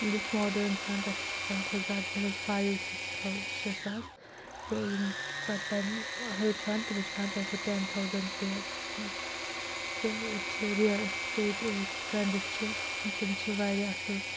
یُس ماڈٲرٕن چھَنہٕ تَتھ چھِ آسان تَمہِ کھۄتہٕ زیادٕ تَتھ فایِو سِکِس تھَوز شےٚ ساس تہٕ یِم پَتہٕ تَمہِ ہیوٚر چھُ ہَن تِمو چھِ ہَن تَمہِ کھۄتہٕ ٹٮ۪ن تھاوزَنٛڈ تہٕ ییٚتہِ چھِ رِیَل اِسٹیٹ یُس ٹرٛٮ۪نٛڈٕز چھِ تِم چھِ واریاہ اَصٕل